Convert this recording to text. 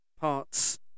parts